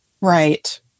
Right